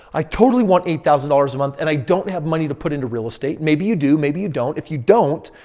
i we want eight thousand dollars a month and i don't have money to put into real estate. maybe you do. maybe you don't. if you don't,